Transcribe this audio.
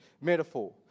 metaphor